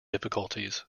difficulties